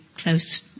Close